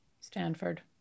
Stanford